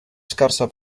scarsa